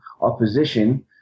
opposition